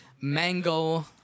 mango